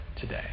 today